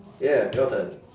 yeah your turn